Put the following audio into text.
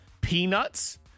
peanuts